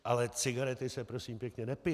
Ale cigarety se, prosím pěkně, nepijí.